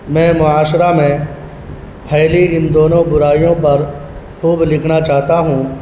میں معاشرہ میں پھیلی ان دونوں برائیوں پر خوب لکھنا چاہتا ہوں